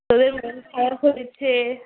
তোদের